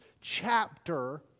chapter